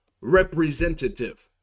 representative